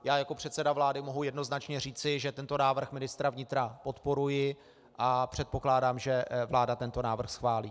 Já jako předseda vlády mohu jednoznačně říci, že tento návrh ministra vnitra podporuji a předpokládám, že vláda tento návrh schválí.